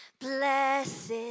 blessed